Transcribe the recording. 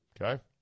Okay